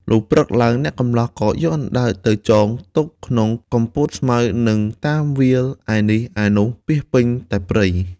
លុះព្រឹកឡើង អ្នកកម្លោះក៏យកអណ្ដើកទៅចងទុកក្នុងគុម្ពោតស្មៅនិងតាមវាលឯនេះឯនោះពាសពេញតែព្រៃ។